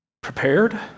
Prepared